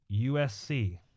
USC